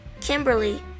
Kimberly